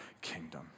kingdom